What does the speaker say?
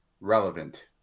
relevant